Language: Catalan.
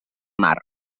mar